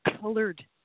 colored